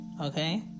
Okay